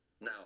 Now